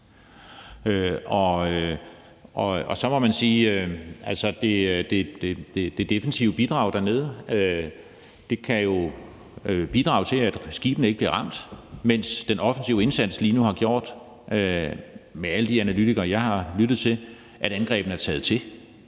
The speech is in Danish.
op. Så må man jo sige, at det defensive bidrag dernede kan bidrage til, at skibene ikke bliver ramt, mens den offensive indsats – ifølge alle de analytikere, jeg har lyttet til – lige nu har gjort,